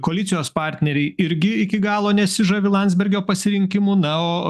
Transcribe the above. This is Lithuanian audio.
koalicijos partneriai irgi iki galo nesižavi landsbergio pasirinkimu na o